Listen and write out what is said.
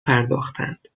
پرداختند